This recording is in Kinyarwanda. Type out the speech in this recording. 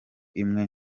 imwe